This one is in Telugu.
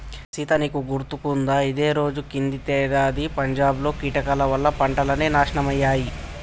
సీత నీకు గుర్తుకుందా ఇదే రోజు కిందటేడాది పంజాబ్ లో కీటకాల వల్ల పంటలన్నీ నాశనమయ్యాయి